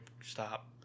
stop